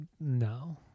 No